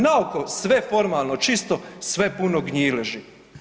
Na oko sve formalno, čisto, sve puno gnjileži.